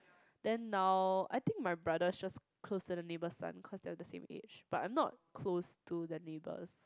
then now I think my brother just close to the neighbour's son cause their same age but I'm not close to the neighbours